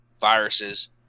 viruses